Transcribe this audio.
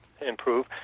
improve